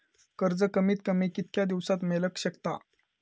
कर्ज कमीत कमी कितक्या दिवसात मेलक शकता?